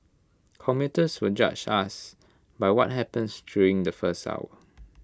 commuters will judge us by what happens during the first hour